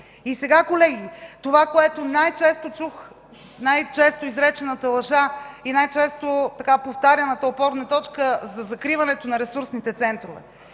И сега, колеги, това, което най-често чух, най-често изречената лъжа и най-често повтаряната опорна точка – за закриването на ресурсните центрове.